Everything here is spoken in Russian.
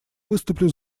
выступлю